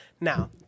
Now